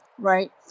Right